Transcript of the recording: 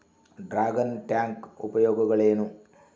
Dragon tank ಉಪಯೋಗಗಳೇನು?